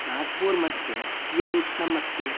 नाग्पूर् मध्ये कियदुष्णम् अस्ति